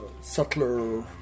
settler